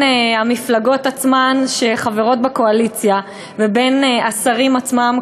המפלגות שחברות בקואליציה עצמן ובין השרים עצמם,